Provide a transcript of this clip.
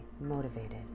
motivated